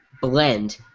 Blend